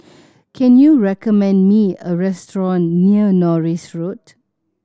can you recommend me a restaurant near Norris Road